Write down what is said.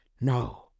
No